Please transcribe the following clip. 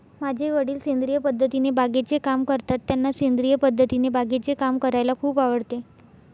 माझे वडील सेंद्रिय पद्धतीने बागेचे काम करतात, त्यांना सेंद्रिय पद्धतीने बागेचे काम करायला खूप आवडते